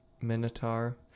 Minotaur